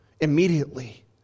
immediately